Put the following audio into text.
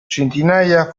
centinaia